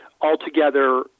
altogether